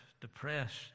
depressed